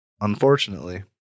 Unfortunately